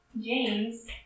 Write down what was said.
James